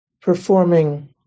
performing